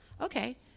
Okay